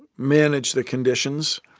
manage the conditions,